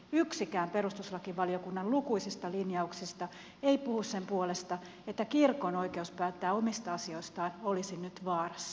yksikään perustuslakivaliokunnan lukuisista linjauksista ei puhu sen puolesta että kirkon oikeus päättää omista asioistaan olisi nyt vaarassa